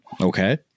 okay